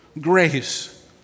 Grace